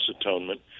atonement